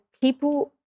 people